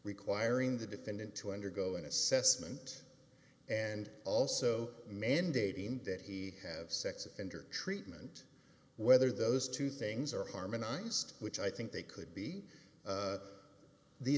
requiring the defendant to undergo an assessment and also mandating that he have sex offender treatment whether those two things are harmonized which i think they could be